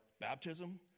baptism